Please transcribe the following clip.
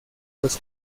los